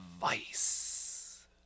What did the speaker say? Vice